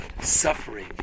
suffering